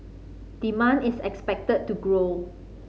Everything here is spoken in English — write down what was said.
demand is expected to grow